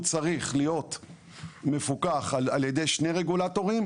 צריך להיות מפוקח על ידי שני רגולטורים,